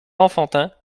enfantin